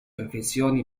perfezione